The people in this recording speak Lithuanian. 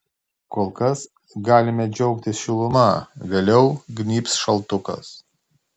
kol kas galime džiaugtis šiluma vėliau gnybs šaltukas